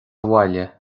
bhaile